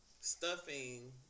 stuffing